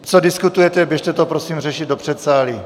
Co diskutujete, běžte to prosím řešit do předsálí.